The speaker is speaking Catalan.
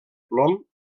plom